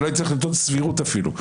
אני לא אצטרך לטעון סבירות אפילו.